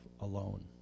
alone